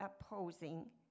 opposing